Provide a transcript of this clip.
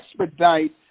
expedite